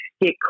get